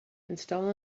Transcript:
install